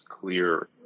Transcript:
clear